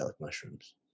mushrooms